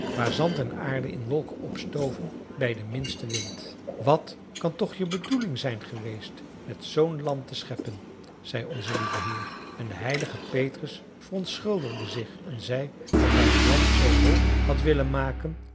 waar zand en aarde in wolken opstoven bij den minsten wind wat kan toch je bedoeling zijn geweest met zoo'n land te scheppen zei onze lieve heer en de heilige petrus verontschuldigde zich en zei dat hij het land zoo hoog had willen maken